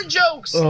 jokes